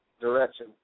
direction